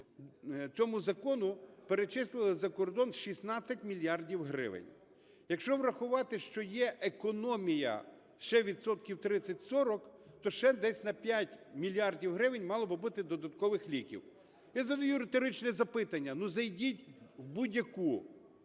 цьому закону перечислили за кордон 16 мільярдів гривень. Якщо врахувати, що є економія ще відсотків 30-40, то ще десь на 5 мільярдів гривень мало би бути додаткових ліків. Я задаю риторичне запитання. Ну зайдіть в будь-яку